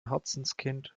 herzenskind